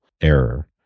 error